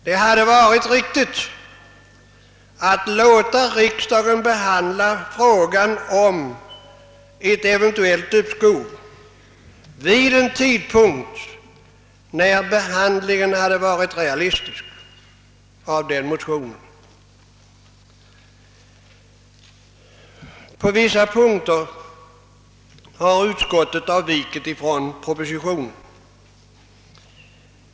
Det hade varit riktigt att låta riksdagen behandla frågan om ett eventuellt uppskov vid en tidpunkt när behandlingen av motionen hade varit realistisk. På vissa punkter har utskottet avvikit från förslagen i propositionen.